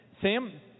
Sam